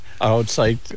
outside